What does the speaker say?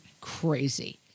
crazy